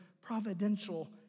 providential